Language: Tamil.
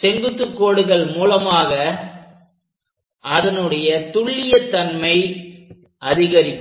செங்குத்துக் கோடுகள் மூலமாக அதனுடைய துல்லியத் தன்மை அதிகரிக்கும்